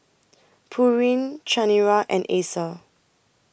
Pureen Chanira and Acer